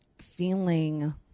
feeling